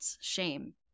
shame